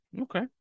okay